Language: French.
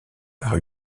par